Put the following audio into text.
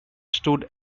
stood